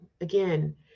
again